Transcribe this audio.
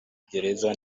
gereza